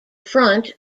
front